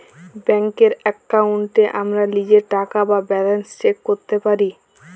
ব্যাংকের এক্কাউন্টে আমরা লীজের টাকা বা ব্যালান্স চ্যাক ক্যরতে পারি